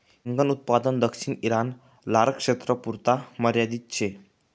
हिंगन उत्पादन दक्षिण ईरान, लारक्षेत्रपुरता मर्यादित शे